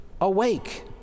awake